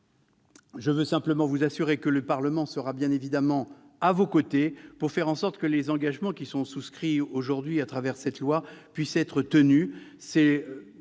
Je veux simplement vous assurer que le Parlement sera bien évidemment à vos côtés pour faire en sorte que les engagements souscrits aujourd'hui à travers cette loi puissent être tenus.